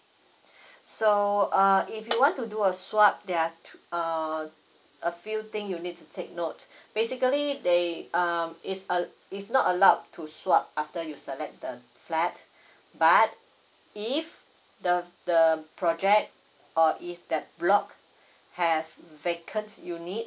so err if you want to do a swap there are tw~ err a few thing you need to take note basically they err is err is not allowed to swap after you select the flat but if the the project or if that block have vacant unit